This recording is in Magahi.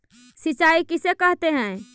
सिंचाई किसे कहते हैं?